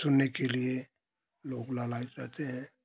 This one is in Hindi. सुनने के लिए लोग लालायित रहते हैं